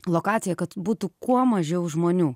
lokacija kad būtų kuo mažiau žmonių